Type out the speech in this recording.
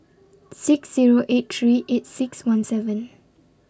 six Zero eight three eight six one seven